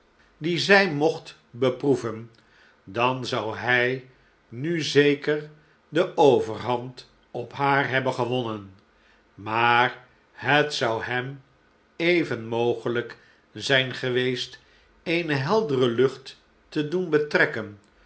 die hij mocht beproeven dan zou hij nu zeker de overhand op haar hebben gewonnen maar het zou hem even mogelijk zijn geweest eene heldere lucht te doen betrekken